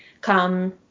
come